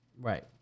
Right